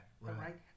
right